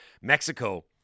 Mexico